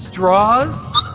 straws?